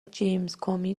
جیمزکومی